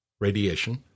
radiation